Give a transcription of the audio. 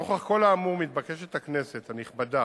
נוכח כל האמור, מתבקשת הכנסת הנכבדה